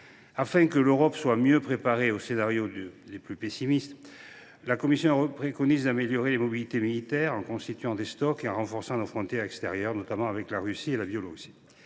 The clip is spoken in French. Afin de mieux préparer l’Europe aux scénarios les plus pessimistes, la Commission européenne préconise d’améliorer les mobilités militaires en constituant des stocks et en renforçant nos frontières extérieures, notamment avec la Russie et la Biélorussie.